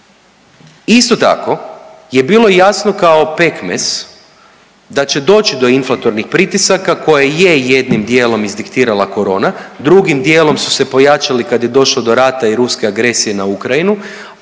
Isto tako je bilo jasno kao pekmez da će doći do inflatornih pritisaka koje je jednim dijelom izdiktirala corona, drugim dijelom su se pojačali kad je došlo do rata i ruske agresije na Ukrajinu.